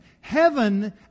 Heaven